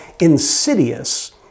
insidious